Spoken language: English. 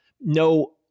no